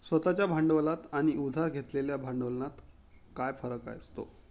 स्वतः च्या भांडवलात आणि उधार घेतलेल्या भांडवलात काय फरक असतो?